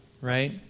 right